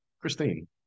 Christine